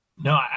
No